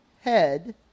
head